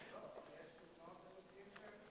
יש תלונות של אנשים שאוימו.